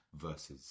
versus